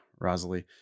Rosalie